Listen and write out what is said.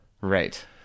Right